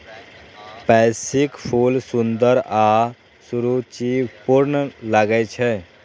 पैंसीक फूल सुंदर आ सुरुचिपूर्ण लागै छै